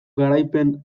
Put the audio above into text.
garaipen